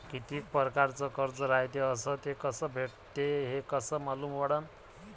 कितीक परकारचं कर्ज रायते अस ते कस भेटते, हे कस मालूम पडनं?